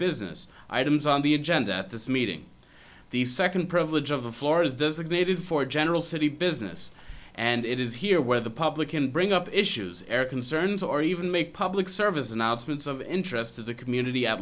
business items on the agenda at this meeting the second privilege of the floor is designated for general city business and it is here where the public can bring up issues or concerns or even make public service announcements of interest to the community at